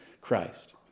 Christ